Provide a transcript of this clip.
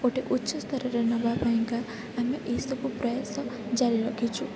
ଗୋଟେ ଉଚ୍ଚ ସ୍ତରରେ ନେବା ପାଇଁ ଆମେ ଏହି ସବୁ ପ୍ରୟାସ ଜାରି ରଖିଛୁ